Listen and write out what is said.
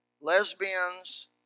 lesbians